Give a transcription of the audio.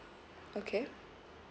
okay